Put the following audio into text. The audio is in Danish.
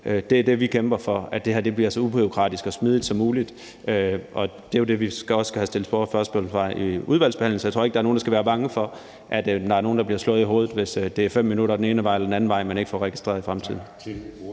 anden måde. Vi kæmper for, at det her bliver så ubureaukratisk og smidigt som muligt, og det er jo det, vi også skal have stillet spørgsmål om i udvalgsbehandlingen. Så jeg tror ikke, der er nogen, der skal være bange for, at man bliver slået i hovedet, hvis det er 5 minutter den ene vej eller den anden vej, man ikke i fremtiden